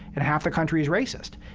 and half the country is racist.